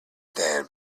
then